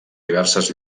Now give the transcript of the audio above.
diverses